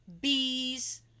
Bees